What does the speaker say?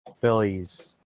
Phillies